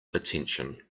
attention